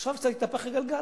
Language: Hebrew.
עכשיו קצת התהפך הגלגל.